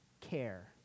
care